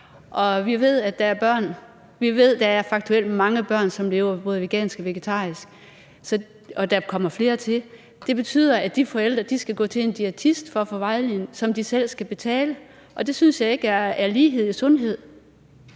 vi ved, at der faktuelt er mange børn, som lever både vegansk og vegetarisk, og der kommer flere til. Det betyder, at de forældre skal gå til en diætist for at få vejledning, som de selv skal betale. Det synes jeg ikke er lighed i sundhed.